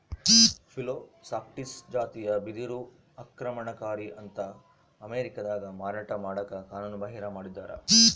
Phyllostachys ಜಾತಿಯ ಬಿದಿರು ಆಕ್ರಮಣಕಾರಿ ಅಂತ ಅಮೇರಿಕಾದಾಗ ಮಾರಾಟ ಮಾಡಕ ಕಾನೂನುಬಾಹಿರ ಮಾಡಿದ್ದಾರ